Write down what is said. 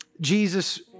Jesus